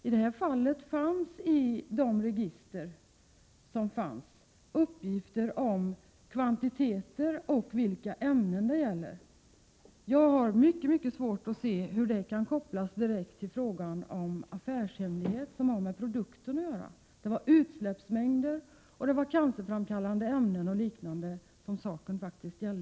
I detta fall fanns det i föreliggande register uppgifter om vilka kvantiteter och ämnen det handlade om. Jag har oerhört svårt att inse på vilket sätt sådana uppgifter kan kopplas direkt till frågan om affärshemlighet som har med produkten att göra. Saken gäller faktiskt utsläppsmängder, förekomst av cancerframkallande ämnen osv., Birgitta Dahl.